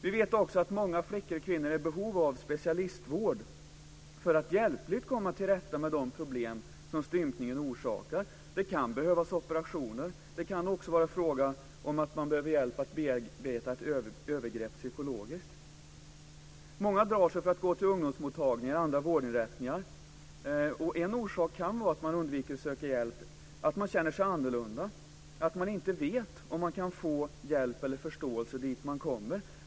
Vi vet också att många flickor och kvinnor är i behov av specialistvård för att hjälpligt komma till rätta med de problem som stympningen orsakar. Det kan behövas operationer. Det kan också vara fråga om att de behöver hjälp att bearbeta ett övergrepp psykologiskt. Många drar sig för att gå till ungdomsmottagningar och andra vårdinrättningar. En orsak till att de undviker att söka hjälp kan vara att de känner sig annorlunda, att de inte vet om de kan få hjälp eller förståelse där de söker hjälp.